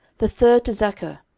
the third to zaccur,